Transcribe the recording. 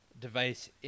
device